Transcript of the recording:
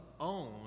own